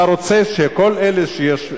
אתה רוצה שכל אלה שיש,